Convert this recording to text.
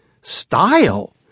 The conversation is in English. Style